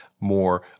more